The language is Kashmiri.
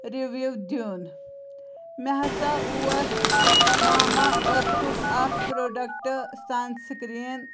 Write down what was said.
رِوِو دیُن مےٚ ہسا اوس ماما أرتھُک اکھ پروڈَکٹ سن سِکریٖن